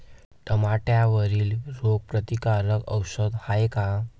टमाट्यावरील रोग प्रतीकारक औषध हाये का?